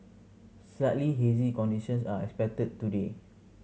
slightly hazy conditions are expected today